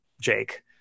Jake